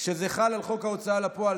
כשזה חל על חוק ההוצאה לפועל,